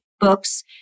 Books